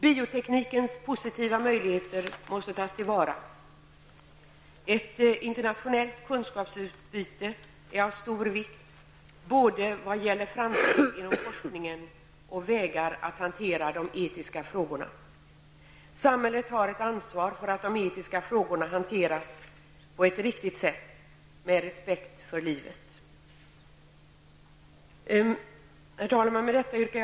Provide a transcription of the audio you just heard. Bioteknikens positiva möjligheter måste tas till vara. Ett internationellt kunskapsutbyte är av stor vikt, både vad gäller framsteg inom forskningen och vägar att hantera de etiska frågorna. Samhället har ett ansvar för att de etiska frågorna hanteras på ett riktigt sätt med respekt för livet. Herr talman!